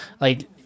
Like-